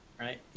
right